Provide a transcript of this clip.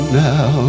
now